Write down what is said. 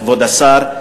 כבוד השר,